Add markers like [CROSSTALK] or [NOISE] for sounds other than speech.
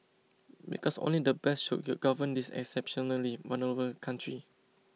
because only the best should [NOISE] govern this exceptionally vulnerable country